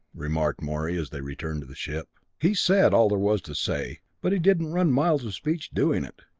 remarked morey as they returned to the ship. he said all there was to say, but he didn't run miles of speech doing it.